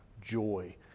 joy